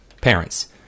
Parents